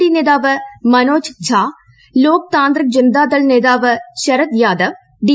D നേതാവ് Manoj Jha Loktantrik Janata Dal നേതാവ് Sharad Yadav D